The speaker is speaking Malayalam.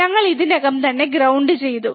ഞങ്ങൾ ഇതിനകം തന്നെ ഗ്രൌണ്ട് ചെയ്തു